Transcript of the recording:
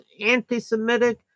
anti-Semitic